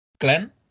Glenn